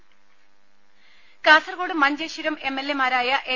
രെഴ Kasaragod Manjeshwaram M L A മാരായ N